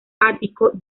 ático